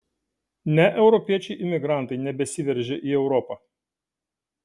ne europiečiai imigrantai nebesiveržia į europą